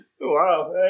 Wow